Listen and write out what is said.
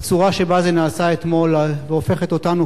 הצורה שבה זה נעשה אתמול הופכת אותנו,